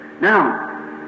Now